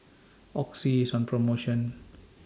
Oxy IS on promotion